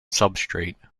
substrate